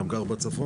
גם גר בצפון.